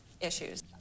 issues